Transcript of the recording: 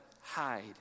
hide